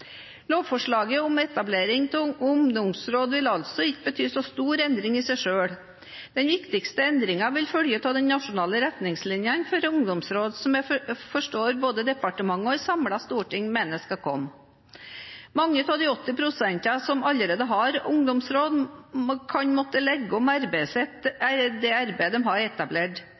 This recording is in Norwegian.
Lovforslaget om etablering av ungdomsråd vil altså ikke bety så stor endring i seg selv. Den viktigste endringen vil følge av de nasjonale retningslinjene for ungdomsråd, som jeg forstår både departementet og et samlet storting mener skal komme. Mange av de kommunene som allerede har ungdomsråd – 80 pst. – kan måtte legge om